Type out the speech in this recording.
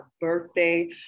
birthday